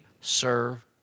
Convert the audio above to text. serve